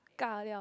ka-liao